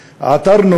אז תנו לי לדבר.